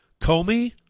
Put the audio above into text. Comey